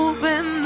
Open